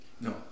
No